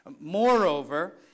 Moreover